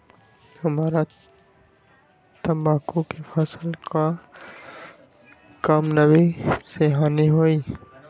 हमरा तंबाकू के फसल के का कम नमी से हानि होई?